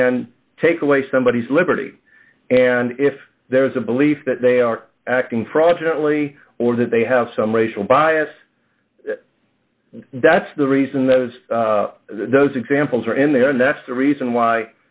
can take away somebody's liberty and if there is a belief that they are acting fraudulently or that they have some racial bias that's the reason those those examples are in there and that's the reason why